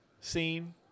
scene